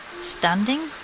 Standing